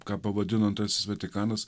ką pavadino tas vatikanas